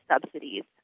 subsidies